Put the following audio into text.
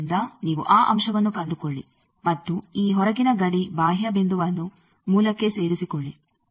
ಆದ್ದರಿಂದ ನೀವು ಆ ಅಂಶವನ್ನು ಕಂಡುಕೊಳ್ಳಿ ಮತ್ತು ಈ ಹೊರಗಿನ ಗಡಿ ಬಾಹ್ಯ ಬಿಂದುವನ್ನು ಮೂಲಕ್ಕೆ ಸೇರಿಸಿಕೊಳ್ಳಿ